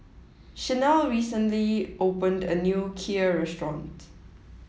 Sharlene recently opened a new Kheer restaurant